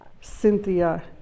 Cynthia